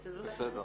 בסדר.